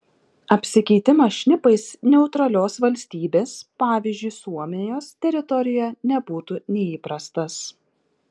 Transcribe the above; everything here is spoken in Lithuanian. apsikeitimas šnipais neutralios valstybės pavyzdžiui suomijos teritorijoje nebūtų neįprastas